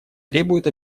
требует